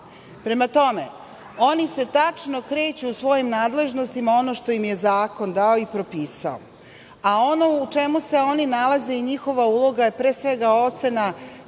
Prema tome, oni se tačno kreću u svojim nadležnostima ono što im je zakon dao i propisao, a ono u čemu se oni nalaze i njihova uloga je, pre svega, ocena